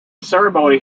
ceremony